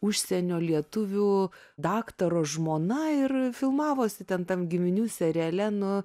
užsienio lietuvių daktaro žmona ir filmavosi ten tam giminių seriale nu